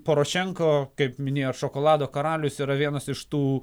porošenko kaip minėjo šokolado karalius yra vienas iš tų